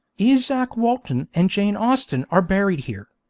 izaak walton and jane austen are buried here.